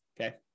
Okay